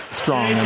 strong